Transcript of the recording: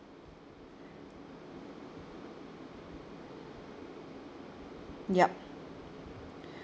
yup